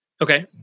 Okay